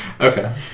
Okay